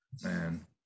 Man